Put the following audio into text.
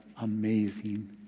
amazing